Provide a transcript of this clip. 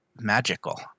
magical